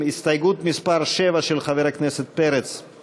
הסתייגות מס' 2 של חברת הכנסת גלאון לא